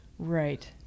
Right